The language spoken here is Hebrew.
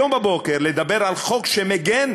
היום בבוקר לדבר על חוק שמגן